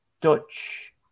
Dutch